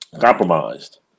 compromised